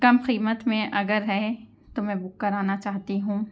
کم قیمت میں اگر ہے تو میں بک کرانا چاہتی ہوں